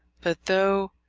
but though,